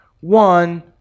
one